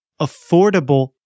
affordable